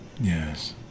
Yes